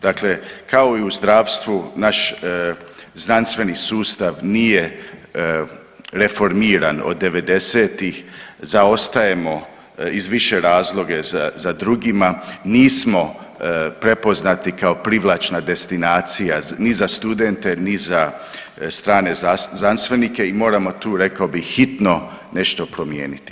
Dakle, kao i u zdravstvu, naš znanstveni sustav nije reformiran od 90-ih, zaostajemo iz više razloge za druge drugima, nismo prepoznati kao privlačna destinacija, ni za studente ni za strane znanstvenike i moramo tu, rekao bih, hitno nešto promijeniti.